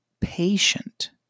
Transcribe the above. patient